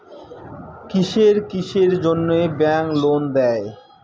কিসের কিসের জন্যে ব্যাংক লোন দেয়?